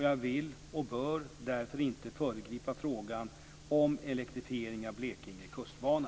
Jag vill och bör därför inte föregripa frågan om elektrifiering av Blekinge kustbana.